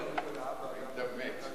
בפניכם